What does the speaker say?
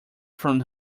from